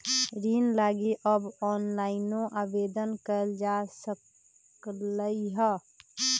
ऋण लागी अब ऑनलाइनो आवेदन कएल जा सकलई ह